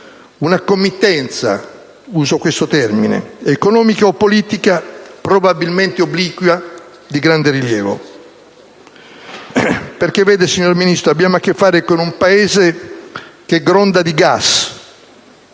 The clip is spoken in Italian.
una committenza - uso questo termine - economica o politica, probabilmente obliqua, di grande rilievo. Perché vede, signor Ministro, abbiamo a che fare con un Paese che gronda di gas,